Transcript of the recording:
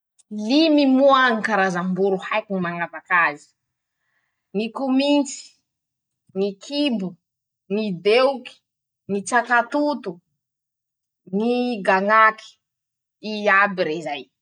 Limy moa ñy karazam-boro haiko ñy mañavaky azy :-ñy komintsy. ñy kibo. ñy deoky. ñy tsakatoto, ñy gañaky. i aby rezay.